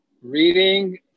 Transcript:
Reading